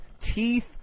teeth